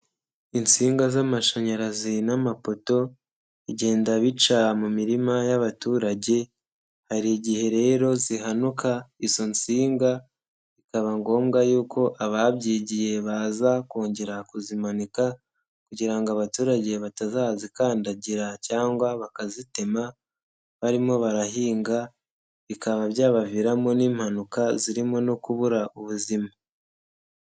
Insinga z'amashanyarazi n'amapoto bigenda bica mu mirima y'abaturage, hari igihe rero zihanuka izo nsinga bikaba ngombwa yuko ababyigiye baza kongera kuzimanika kugira ngo abaturage batazazikandagira cyangwa bakazitema barimo barahinga bikaba byabaviramo n'impanuka zirimo no kubura ubuzima.